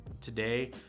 today